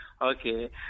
Okay